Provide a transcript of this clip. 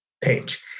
page